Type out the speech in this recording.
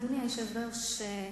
אדוני היושב-ראש,